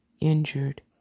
injured